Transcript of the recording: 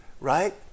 right